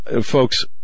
folks